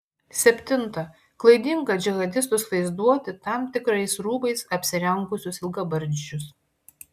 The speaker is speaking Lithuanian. septinta klaidinga džihadistus vaizduoti tam tikrais rūbais apsirengusius ilgabarzdžius